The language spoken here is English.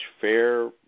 fair